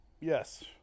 Yes